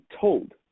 told